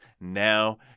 now